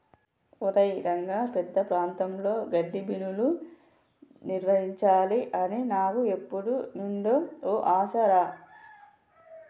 ఒరై రంగ పెద్ద ప్రాంతాల్లో గడ్డిబీనులు నిర్మించాలి అని నాకు ఎప్పుడు నుండో ఓ ఆశ రా